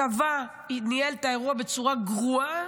הצבא ניהל את האירוע בצורה גרועה,